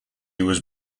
was